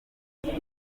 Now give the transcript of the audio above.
numva